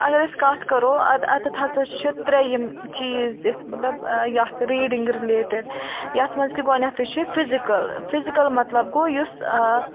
اگر أسۍ کَتھ کَرو اَد اَتٮ۪تھ ہسا چھِ ترٛےٚ یِم چیٖز دِتھ مطلب یَتھ ریٖڈنگ رِلیٹِڈ یَتھ منٛز کہِ گۄڈنٮ۪تھٕے چھِ فِزِکَل فِزِکَل مطلب گوٚو یُس آ